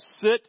sit